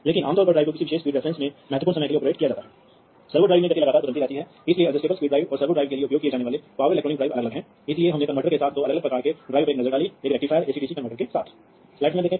एक समय में एक डिवाइस पर चूंकि आप एक करंट भेज रहे हैं इसलिए आप वास्तव में केवल एक करंट राइट भेज सकते हैं क्योंकि डेटा आने वाले हर समय निरंतर होता है